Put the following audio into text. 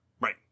Right